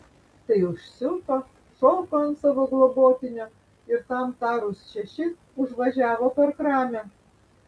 tai užsiuto šoko ant savo globotinio ir tam tarus šeši užvažiavo per kramę